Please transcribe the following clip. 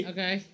Okay